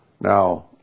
Now